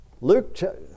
Luke